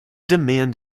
demand